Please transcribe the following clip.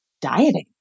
dieting